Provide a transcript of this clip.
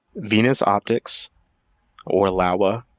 venus optics or laowa,